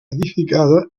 edificada